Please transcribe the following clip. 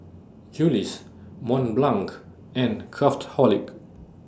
Julie's Mont Blanc and Craftholic